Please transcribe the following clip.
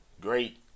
great